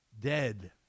dead